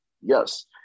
Yes